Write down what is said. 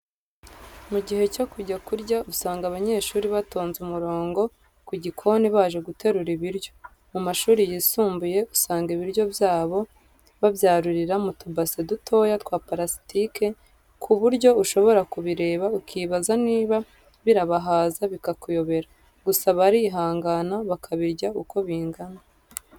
Mu gihe cyo kujya kurya usanga abanyeshuri batonze umurongo ku gikoni baje guterura ibiryo. Mu mashuri yisumbuye usanga ibiryo byabo babyarurira mu tubase dutoya twa parasitike ku buryo ushobora kubireba ukibaza niba birabahaza bikakuyobera. Gusa barihangana bakabirya uko bingana.